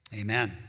amen